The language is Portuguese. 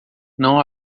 não